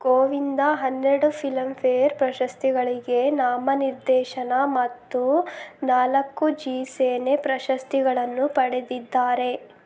ಗೋವಿಂದ ಹನ್ನೆರಡು ಫಿಲಮ್ಫೇರ್ ಪ್ರಶಸ್ತಿಗಳಿಗೆ ನಾಮನಿರ್ದೇಶನ ಮತ್ತು ನಾಲ್ಕು ಜೀ ಸೇನೆ ಪ್ರಶಸ್ತಿಗಳನ್ನು ಪಡೆದಿದ್ದಾರೆ